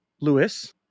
lewis